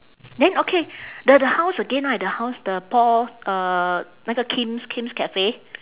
then okay the the house again right the house the paul's uh 那个 kim's kim's cafe